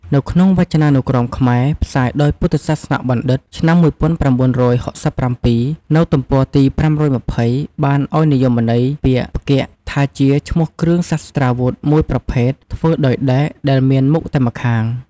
នៅក្នុងវចនានុក្រមខ្មែរ ផ្សាយដោយពុទ្ធសាសនបណ្ឌិត្យ ឆ្នាំ១៩៦៧ នៅទំព័រទី៥២០ បានឲ្យនិយមន័យពាក្យ "ផ្គាក់" ថាជាឈ្មោះគ្រឿងសស្ត្រាវុធមួយប្រភេទធ្វើដោយដែក ដែលមានមុខតែម្ខាង។